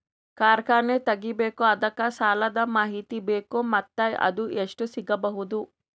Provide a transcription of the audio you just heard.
ಕಾರ್ಖಾನೆ ತಗಿಬೇಕು ಅದಕ್ಕ ಸಾಲಾದ ಮಾಹಿತಿ ಬೇಕು ಮತ್ತ ಅದು ಎಷ್ಟು ಸಿಗಬಹುದು?